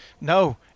No